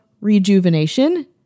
rejuvenation